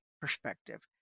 perspective